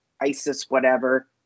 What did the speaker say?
ISIS-whatever